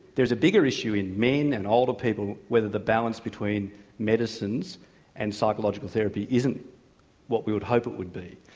there's a bigger issue in men and older people, whether the balance between medicines and psychological therapy isn't what we would hope it would be.